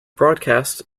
broadcast